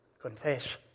confess